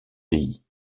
pays